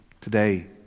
today